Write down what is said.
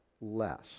less